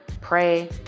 pray